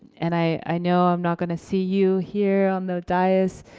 and i know i'm not gonna see you here on the dias